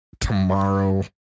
tomorrow